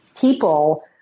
people